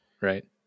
right